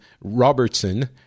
robertson